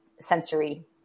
sensory